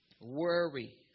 Worry